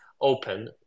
open